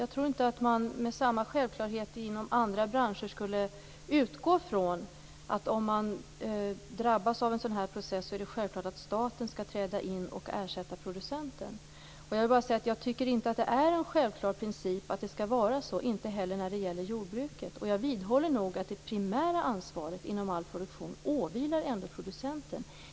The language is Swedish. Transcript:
Jag tror inte att man inom andra branscher med samma självklarhet skulle utgå från att om man drabbas av en sådan här process skall staten träda in och ersätta producenten. Jag tycker inte att det skall vara en självklar princip, inte heller när det gäller jordbruket. Jag vidhåller att det primära ansvaret inom all produktion åvilar producenten.